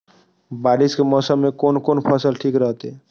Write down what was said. बारिश के मौसम में कोन कोन फसल ठीक रहते?